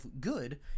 good